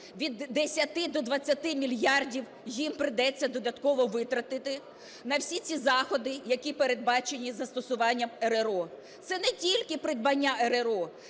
від 10 до 20 мільярдів їм прийдеться додатково витратити на всі ці заходи, які передбачені застосуванням РРО. Це не тільки придбання РРО,